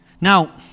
now